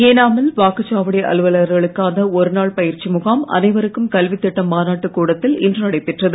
ஏனா மில் வாக்குச்சாவடி அலுவலர்களுக்கான ஒரு நாள் பயிற்சி முகாம் அனைவருக்கும் கல்வித் திட்ட மாநாட்டுக் கூடத்தில் இன்று நடைபெற்றது